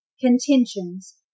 contentions